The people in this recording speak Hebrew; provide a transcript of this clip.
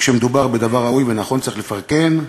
וכשמדובר בדבר ראוי ונכון, צריך לפרגן.